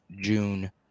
june